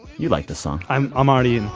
you like this song i'm um already in.